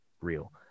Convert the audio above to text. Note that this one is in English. real